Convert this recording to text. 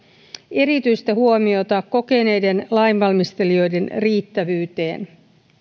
erityistä huomiota kokeneiden lainvalmistelijoiden riittävyyteen